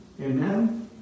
Amen